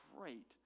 great